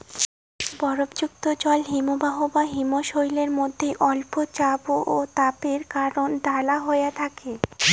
বরফযুক্ত জল হিমবাহ বা হিমশৈলের মইধ্যে অল্প চাপ ও তাপের কারণে দালা হয়া থাকে